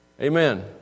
Amen